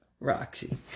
Roxy